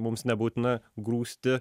mums nebūtina grūsti